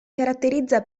caratterizza